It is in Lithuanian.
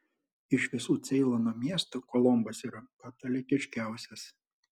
iš visų ceilono miestų kolombas yra katalikiškiausias